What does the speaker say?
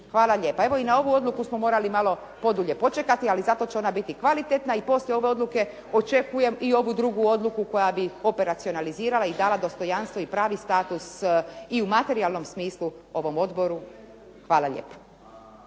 Hvala lijepa. Evo i na ovu odluku smo morali malo podulje počekati, ali zato će ona biti kvalitetna i poslije ove odluke očekujem i ovu drugu odluku koja bi operacionalizirala i dala dostojanstvo i pravi status i u materijalnom smislu ovom odboru. Hvala lijepa.